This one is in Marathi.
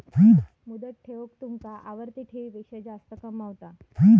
मुदत ठेव तुमका आवर्ती ठेवीपेक्षा जास्त कमावता